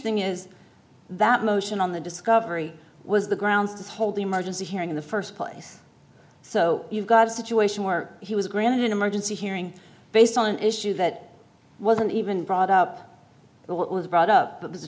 thing is that motion on the discovery was the grounds to hold emergency hearing in the first place so you've got a situation where he was granted an emergency hearing based on an issue that wasn't even brought up but was brought up